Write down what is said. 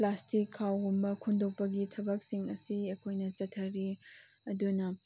plastic ꯈꯥꯎꯒꯨꯝꯕ ꯈꯨꯟꯗꯣꯛꯄꯒꯤ ꯊꯕꯛꯁꯤꯡ ꯑꯁꯤ ꯑꯩꯈꯣꯏꯅ ꯆꯠꯊꯔꯤ ꯑꯗꯨꯅ